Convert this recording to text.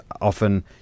often